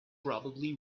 probably